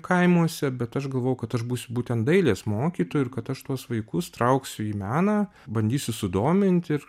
kaimuose bet aš galvojau kad aš būsiu būtent dailės mokytoju ir kad aš tuos vaikus trauksiu į meną bandysiu sudominti ir